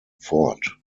fort